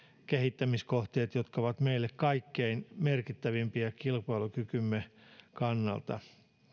kehittämiskohteet jotka ovat meille kaikkein merkittävimpiä kilpailukykymme kannalta